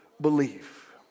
believe